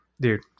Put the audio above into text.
dude